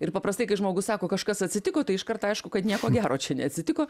ir paprastai kai žmogus sako kažkas atsitiko tai iškarto aišku kad nieko gero čia neatsitiko